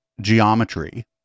geometry